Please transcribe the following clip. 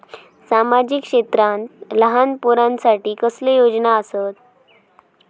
सामाजिक क्षेत्रांत लहान पोरानसाठी कसले योजना आसत?